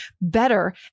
better